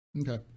okay